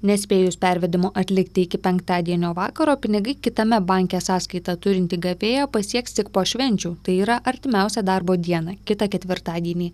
nespėjus pervedimų atlikti iki penktadienio vakaro pinigai kitame banke sąskaitą turintį gavėją pasieks tik po švenčių tai yra artimiausią darbo dieną kitą ketvirtadienį